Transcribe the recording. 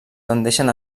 tendeixen